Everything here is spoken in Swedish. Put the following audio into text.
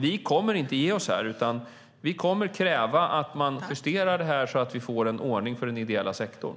Vi kommer inte att ge oss, utan vi kommer att kräva att man justerar detta så att vi får en ordning för den ideella sektorn.